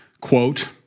quote